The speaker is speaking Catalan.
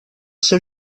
seu